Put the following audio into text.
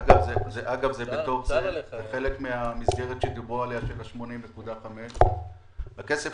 זה חלק מהמסגרת שדיברו עליה של 80.5. הכסף